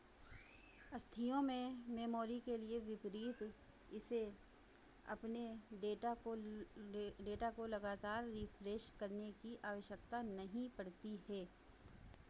अस्थियों में मेमोरी के लिए विपरीत इसे अपने डेटा को डेटा को लगातार रीफ्रेश करने की आवश्यकता नहीं पड़ती है